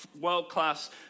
world-class